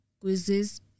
quizzes